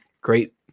Great